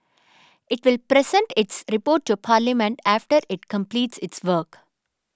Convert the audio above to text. it will present its report to Parliament after it completes its work